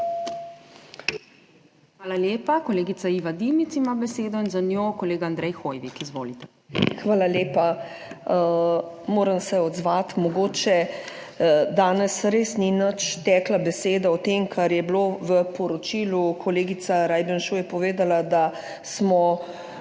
Hvala lepa. Kolegica Iva Dimic ima besedo in za njo kolega Andrej Hoivik. Izvolite. IVA DIMIC (PS NSi): Hvala lepa. Moram se odzvati, mogoče danes res ni nič tekla beseda o tem, kar je bilo v poročilu. Kolegica Rajbenšu je povedala, da smo